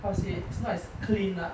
how to say it's not as clean lah